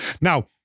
Now